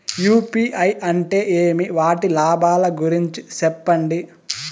UPI అంటే ఏమి? వాటి లాభాల గురించి సెప్పండి?